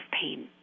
pain